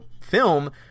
film